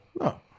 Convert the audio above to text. No